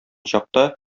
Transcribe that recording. чакта